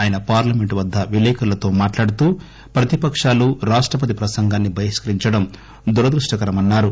ఆయన పార్లమెంటు వద్ద విలేఖరులతో మాట్లాడుతూ ప్రతిపకాలు రాష్టపతి ప్రసంగాన్ని బహిష్కరించడం దురదృష్ణకరమన్నారు